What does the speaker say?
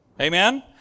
Amen